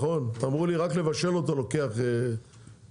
אמרו לי שרק לבשל אותו לוקח שעות.